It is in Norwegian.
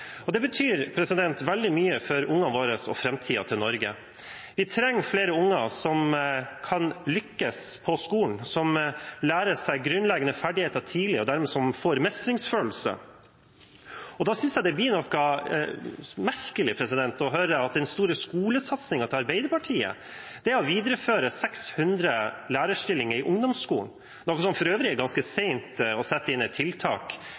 innsats. Det betyr veldig mye for ungene våre og framtiden til Norge. Vi trenger flere unger som kan lykkes på skolen, som lærer seg grunnleggende ferdigheter tidlig, og som dermed får mestringsfølelse. Da synes jeg det blir noe merkelig å høre at den store skolesatsingen til Arbeiderpartiet er å videreføre 600 lærerstillinger i ungdomsskolen, som for øvrig er ganske sent å sette inn et tiltak